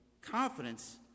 confidence